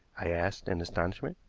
i asked in astonishment.